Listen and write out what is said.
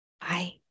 Bye